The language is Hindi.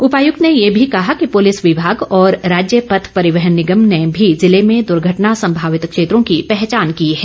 उपायुक्त ने ये भी कहा कि पुलिस विमाग और राज्य पथ परिवहन निगम ने भी जिले में दुर्घटना संभावित क्षेत्रों की ँ पहचान की है